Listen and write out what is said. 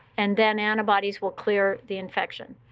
and then antibodies will clear the infection.